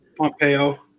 Pompeo